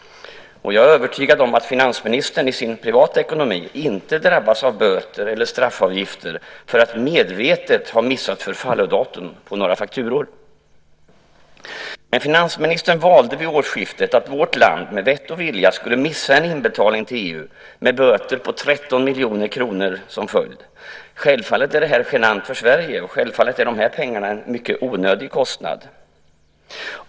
Och jag är övertygad om att finansministern i sin privata ekonomi inte drabbas av böter eller straffavgifter för att medvetet ha missat förfallodatum på några fakturor. Men finansministern valde vid årsskiftet att vårt land med vett och vilja skulle missa en inbetalning till EU med böter på 13 miljoner kronor som följd. Självfallet är detta genant för Sverige, och självfallet är dessa pengar en mycket onödig kostnad.